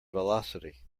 velocity